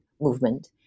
movement